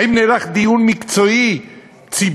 האם נערך דיון מקצועי ציבורי